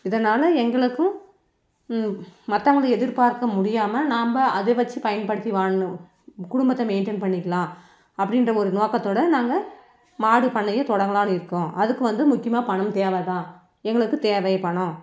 இதனால் எங்களுக்கும் மத்தவங்களது எதிர்பார்க்க முடியாமல் நாம் அதை வச்சு பயன்படுத்தி வாழணும் குடும்பத்தை மெயின்டெயின் பண்ணிக்கலாம் அப்படின்ற ஒரு நோக்கத்தோட நாங்கள் மாடு பண்ணைய தொடங்கலாம்னு இருக்கோம் அதுக்கு வந்து முக்கியமாக பணம் தேவை தான் எங்களுக்கு தேவை பணம்